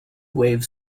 wave